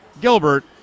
Gilbert